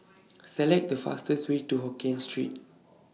Select The fastest Way to Hokkien Street